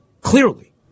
Clearly